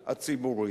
הציבורי.